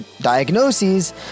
diagnoses